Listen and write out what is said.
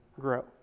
grow